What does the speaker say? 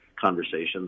conversations